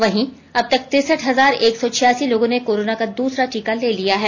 वहीं अब तक तिरसठ हजार एक सौ छियासी लोगों ने कोरोना का दूसरा टीका ले लिया है